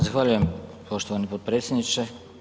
Zahvaljujem poštovani potpredsjedniče.